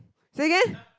say again